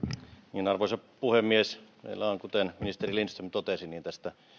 arvoisa puhemies meillä on kuten ministeri lindström totesi tästä